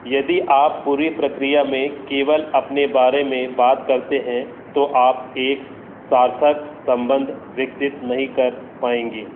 यदि आप पूरी प्रक्रिया में केवल अपने बारे में बात करते हैं तो आप एक सार्थक संबंध विकसित नहीं कर पाएँगे